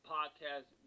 Podcast